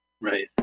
Right